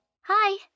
Hi